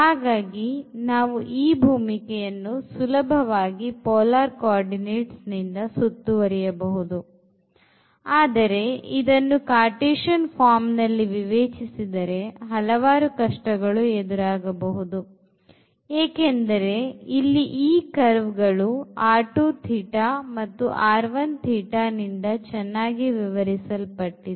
ಹಾಗಾಗಿ ನಾವು ಈ ಭೂಮಿಕೆಯನ್ನು ಸುಲಭವಾಗಿ polar coordinates ನಿಂದ ಸುತ್ತುವರೆಬಹುದು ಆದರೆ ಇದನ್ನು cartesian form ನಲ್ಲಿ ವಿವೇಚಿಸಿದರೆ ಹಲವಾರು ಕಷ್ಟಗಳು ಎದುರಾಗಬಹುದು ಏಕೆಂದರೆ ಇಲ್ಲಿ ಈ curve ಗಳು ಮತ್ತು ನಿಂದ ಚೆನ್ನಾಗಿ ವಿವರಿಸಲ್ಪಟ್ಟಿದೆ